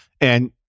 And-